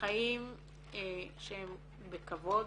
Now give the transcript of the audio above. לחיים שהם בכבוד,